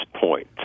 point